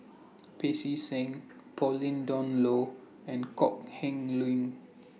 Pancy Seng Pauline Dawn Loh and Kok Heng Leun